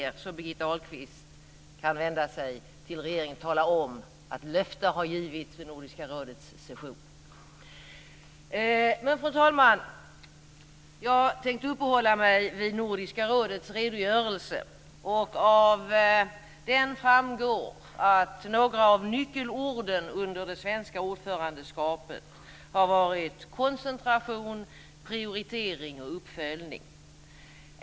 Jag hoppas att Birgitta Ahlqvist kan vända sig till regeringen och peka på det löfte som har givits vid Fru talman! Jag tänker uppehålla mig vid Nordiska rådets svenska delegations berättelse. Av den framgår att några av nyckelorden under det svenska ordförandeskapet har varit koncentration, prioritering och uppföljning.